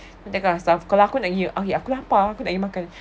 that kind of stuff kalau aku nak pergi aku lapar aku nak pergi makan